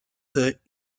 hut